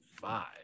five